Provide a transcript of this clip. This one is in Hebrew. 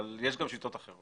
אבל יש גם שיטות אחרות.